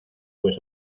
pues